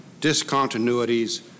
discontinuities